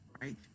right